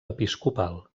episcopal